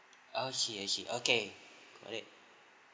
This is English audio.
okay I see okay got it